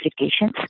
applications